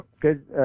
Good